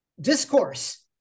discourse